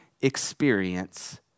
experience